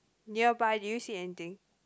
nearby do you see anything